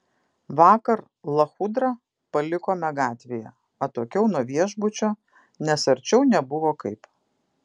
vakar lachudrą palikome gatvėje atokiau nuo viešbučio nes arčiau nebuvo kaip